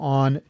on